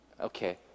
Okay